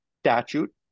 statute